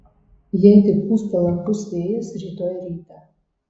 jei tik pūs palankus vėjas rytoj rytą